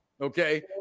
Okay